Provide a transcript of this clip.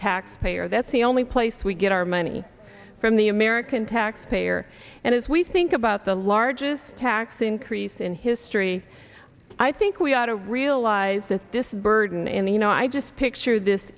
taxpayer that's the only place we get our money from the american taxpayer and as we think about the largest tax increase in history i think we ought to realize that this burden in the you know i just picture this